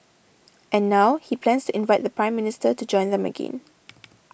and now he plans to invite the Prime Minister to join them again